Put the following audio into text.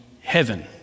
heaven